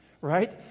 Right